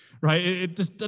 right